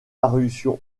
parutions